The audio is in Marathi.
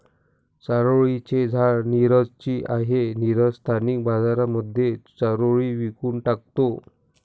चारोळी चे झाड नीरज ची आहे, नीरज स्थानिक बाजारांमध्ये चारोळी विकून टाकतो